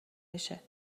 بشه